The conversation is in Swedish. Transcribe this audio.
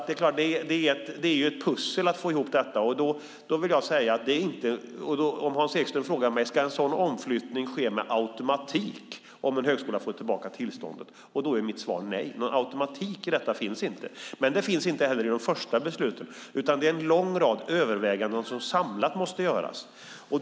Det är klart att det är ett pussel att få ihop detta. Om Hans Ekström frågar mig om en omflyttning ska ske med automatik om en högskola får tillbaka tillståndet är mitt svar: Nej, någon automatik i detta finns inte. Men det finns inte heller i de första besluten, utan det är en lång rad överväganden som samlat måste göras.